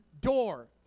door